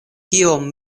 kiom